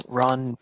run